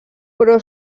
però